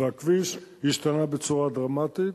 והכביש השתנה בצורה דרמטית.